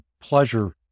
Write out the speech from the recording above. pleasure